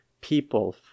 people